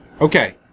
Okay